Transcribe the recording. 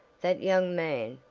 that young man,